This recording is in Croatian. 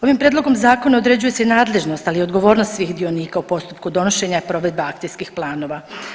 Ovim prijedlogom Zakona određuje se i nadležnost, ali i odgovornost svih dionika u postupku donošenja i provedbe akcijskih planova.